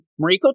mariko